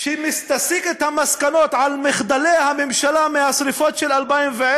שתסיק את המסקנות על מחדלי הממשלה לאחר השרפות של 2010